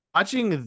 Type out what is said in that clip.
Watching